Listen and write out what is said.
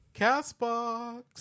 CastBox